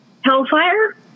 hellfire